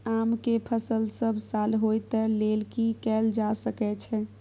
आम के फसल सब साल होय तै लेल की कैल जा सकै छै?